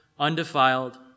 Undefiled